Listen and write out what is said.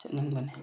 ꯆꯠꯅꯤꯡꯕꯅꯦ